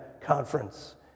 Conference